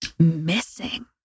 missing